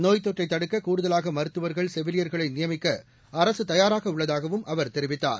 நோய்த் தொற்றைத் தடுக்க கூடுதலாக மருத்துவர்கள் செவிலியர்களை நியமிக்க அரசு தயாராக உள்ளதாகவும் அவர் தெரிவித்தார்